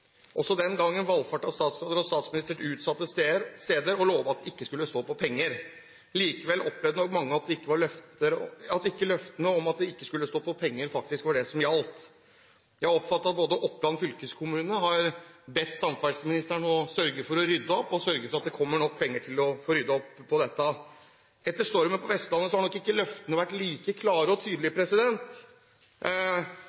Også den gangen valfartet statsråder og statsminister til utsatte steder og lovet at det ikke skulle stå på penger. Likevel opplevde nok mange at det ikke var løftene om at det ikke skulle stå på penger, som faktisk gjaldt. Jeg har oppfattet at Oppland fylkeskommune har bedt samferdselsministeren sørge for å rydde opp og sørge for at det kommer nok penger til å få ryddet opp i dette. Etter stormen på Vestlandet har nok ikke løftene vært like klare og tydelige.